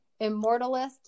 Immortalist